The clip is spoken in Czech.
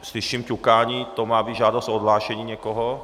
Slyším ťukání to má být žádost o odhlášení někoho?